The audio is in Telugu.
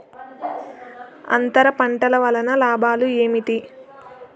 అంతర పంటల వలన లాభాలు ఏమిటి?